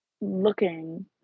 looking